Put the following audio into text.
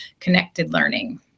ConnectedLearning